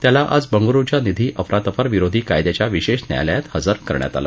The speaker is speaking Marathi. त्याला आज बंगळुरुच्या निधी अफरातफर विरोधी कायद्याच्या विशेष न्यायालयात हजर करण्यात आलं